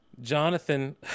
Jonathan